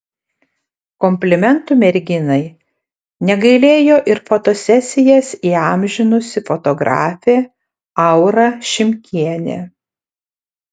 komplimentų merginai negailėjo ir fotosesijas įamžinusi fotografė aura šimkienė